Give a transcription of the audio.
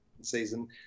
season